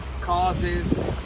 causes